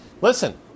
Listen